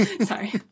sorry